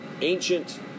ancient